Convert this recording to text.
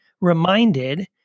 reminded